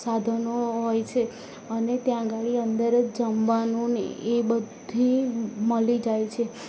સાધનો હોય છે અને ત્યાં આગાળ અંદર જ જમવાનું ને એ બધી મળી જાય છે